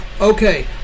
Okay